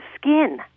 skin